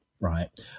right